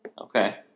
Okay